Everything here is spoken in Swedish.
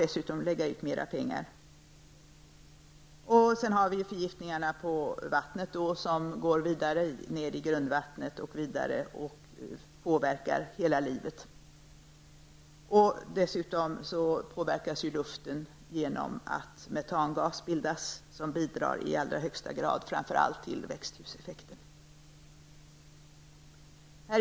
Dessutom får han lägga ut mer pengar. Förgiftningarna av vattnet går vidare till grundvattnet och påverkar allt liv. Dessutom påverkas luften genom att metangas bildas, som i allra högsta grad bidrar till framför allt växthuseffekten.